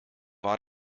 war